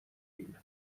ﮐﺸﯿﺪﯾﻢ